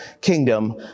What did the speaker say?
kingdom